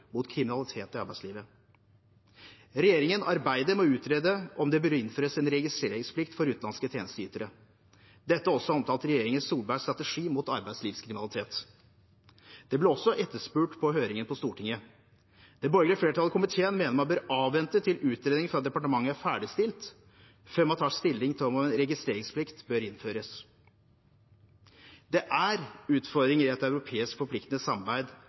mot kriminalitet i arbeidslivet. Regjeringen arbeider med å utrede om det bør innføres en registreringsplikt for utenlandske tjenesteytere. Dette er også omtalt i regjeringen Solbergs strategi mot arbeidslivskriminalitet. Det ble også etterspurt på høringen på Stortinget. Det borgerlige flertallet i komiteen mener man bør avvente til utredning fra departementet er ferdigstilt, før man tar stilling til om registreringsplikt bør innføres. Det er utfordringer i et europeisk forpliktende samarbeid